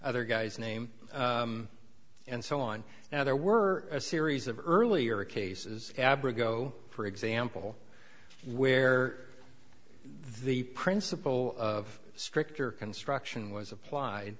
other guy's name and so on now there were a series of earlier cases aberg for example where the principle of stricter construction was applied